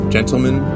Gentlemen